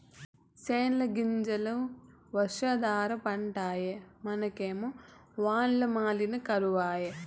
సెనగ్గింజలు వర్షాధార పంటాయె మనకేమో వల్ల మాలిన కరవాయె